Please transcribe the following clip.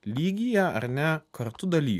lygyje ar ne kartu daly